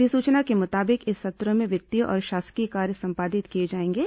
अधिसुचना के मुताबिक इस सत्र में वित्तीय और शासकीय कार्य संपादित किए जाएंगे